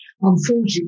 Unfortunately